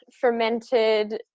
Fermented